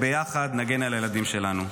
ביחד נגן על הילדים שלנו.